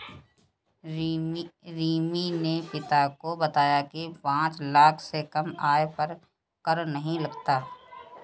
रिमी ने पिता को बताया की पांच लाख से कम आय पर कर नहीं लगता